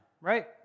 right